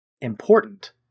important